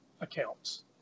accounts